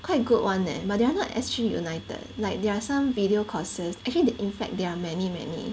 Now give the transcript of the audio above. quite good [one] leh but they are not S_G united like there are some video courses actually they in fact there are many many